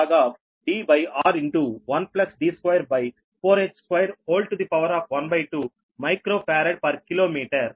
0121log Dr1D24h212 microfarad per kilometre